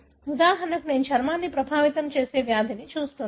ఉదాహరణకు నేను చర్మాన్ని ప్రభావితం చేసే వ్యాధిని చూస్తున్నాను